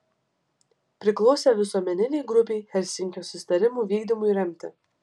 priklausė visuomeninei grupei helsinkio susitarimų vykdymui remti